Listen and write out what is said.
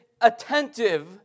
attentive